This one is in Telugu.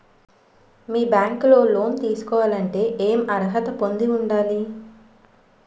మీ బ్యాంక్ లో లోన్ తీసుకోవాలంటే ఎం అర్హత పొంది ఉండాలి?